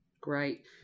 great